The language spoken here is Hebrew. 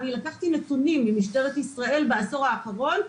אני לקחתי נתונים ממשטרת ישראל בעשור האחרון,